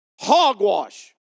Hogwash